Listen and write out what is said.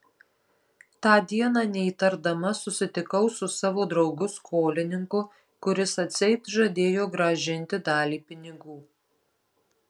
tą dieną neįtardama susitikau su savo draugu skolininku kuris atseit žadėjo grąžinti dalį pinigų